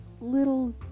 little